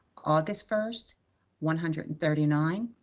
august first one hundred and thirty nine,